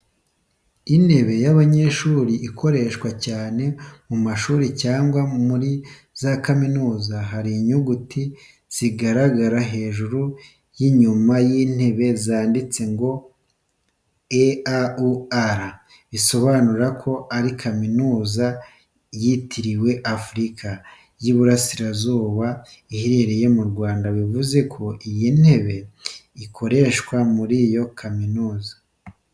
Intebe y’abanyeshuri ikoreshwa cyane mu mashuri cyangwa muri za kaminuza. Hari inyuguti zigaragara hejuru y’inyuma y’intebe zanditse ngo E.A.U.R, bisobanura ko ari kaminuza yitiriwe Afurika y'Iburasirazuba iherereye mu Rwanda bivuze ko iyi ntebe ikoreshwa muri iyo kaminuza.